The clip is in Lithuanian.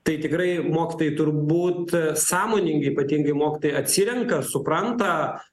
tai tikrai mokytojai turbūt sąmoningi ypatingai mokytojai atsirenka supranta